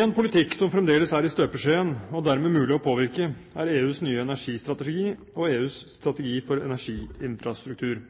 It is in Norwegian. En politikk som fremdeles er i støpeskjeen – og dermed er mulig å påvirke – er EUs nye energistrategi og EUs strategi for energiinfrastruktur.